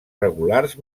regulars